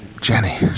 Jenny